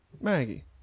maggie